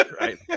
right